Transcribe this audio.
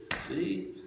See